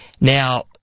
Now